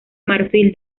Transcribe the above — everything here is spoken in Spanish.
marfil